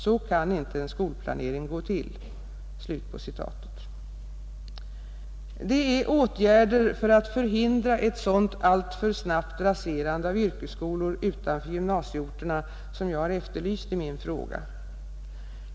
Så kan inte en skolplanering gå ttill.” Det är åtgärder för att förhindra ett sådant alltför snabbt raserande av yrkesskolor utanför gymnasieorterna som jag efterlyst i min fråga.